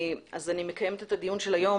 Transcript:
אני מקיימת את הדיון של היום,